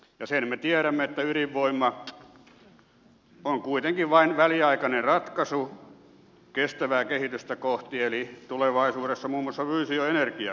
ja sen me tiedämme että ydinvoima on kuitenkin vain väliaikainen ratkaisu kestävää kehitystä kohti tulevaisuudessa on muun muassa fuusioenergiaa